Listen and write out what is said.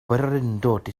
bererindod